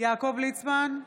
יעקב ליצמן,